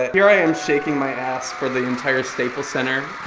um here i am shaking my ass for the entire staples center.